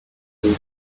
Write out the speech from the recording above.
usual